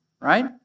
right